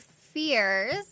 fears